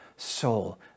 soul